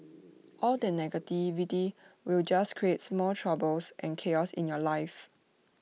all that negativity will just create more troubles and chaos in your life